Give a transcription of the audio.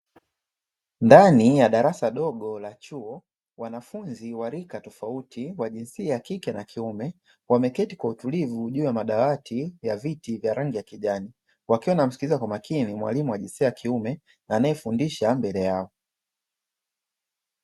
Ndani ya darasa dogo la chuo wanafunzi wa rika tofauti wa jinsia ya kike na kiume, wameketi kwa utulivu juu ya madawati ya viti vya rangi ya kijani, wakiwa wanamsikiliza kwa makini mwalimu wa jinsia ya kiume anayefundisha mbele yao.